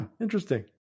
interesting